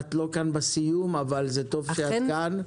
שאת לא כאן בסיום אבל זה טוב שאת כאן.